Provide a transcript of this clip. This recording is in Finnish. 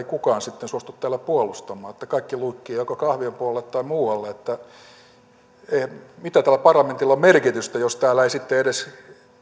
kukaan sitten suostu täällä puolustamaan että kaikki luikkivat joko kahvion puolelle tai muualle mitä tällä parlamentilla on merkitystä jos täällä ei sitten edes